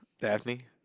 Daphne